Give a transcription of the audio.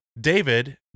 David